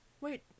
Wait